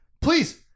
Please